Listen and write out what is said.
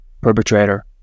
perpetrator